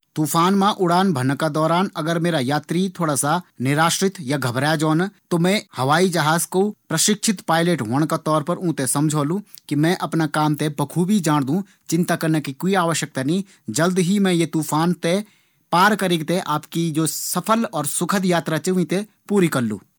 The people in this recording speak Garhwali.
अगर मी हवाई जहाज पायलट हूदू त मी यात्रियों कू बुलु की हमरू पायलट अनुभवी चा घबरांणा बात नी चा। विश्वास रख्यां। डैर पैदा नी कारा। हम पर विश्वास राखा